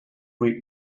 read